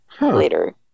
Later